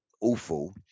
awful